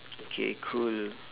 okay cool